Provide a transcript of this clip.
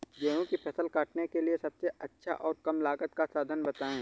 गेहूँ की फसल काटने के लिए सबसे अच्छा और कम लागत का साधन बताएं?